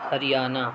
Haryana